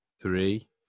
three